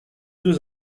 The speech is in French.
deux